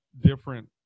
different